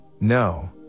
no